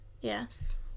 Yes